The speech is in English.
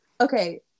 Okay